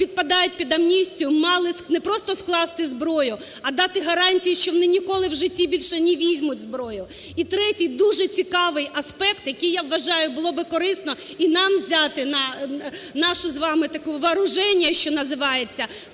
підпадають під амністію, мали не просто скласти зброю, а дати гарантії, що вони ніколи в житті більше не візьмуть зброю. І третій, дуже цікавий аспект, який я вважаю було би корисно і нам взяти на наше з вамивооружение, що називається,